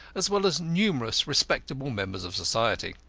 as well as numerous respectable members of society.